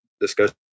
discussion